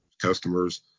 customers